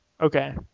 Okay